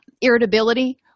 irritability